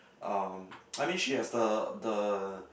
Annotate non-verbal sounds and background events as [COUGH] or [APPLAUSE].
uh [NOISE] I mean she has the the